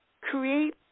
create